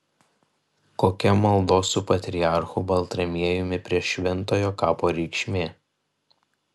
kokia maldos su patriarchu baltramiejumi prie šventojo kapo reikšmė